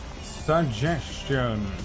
Suggestion